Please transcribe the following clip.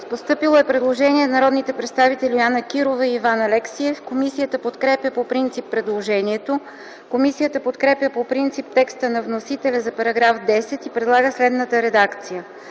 постъпило е предложение на народните представители Йоана Кирова и Иван Алексиев. Комисията подкрепя предложението. Комисията подкрепя по принцип текста на вносителя за § 7 и предлага следната редакция: